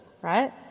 right